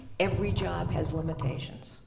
every job has limitations.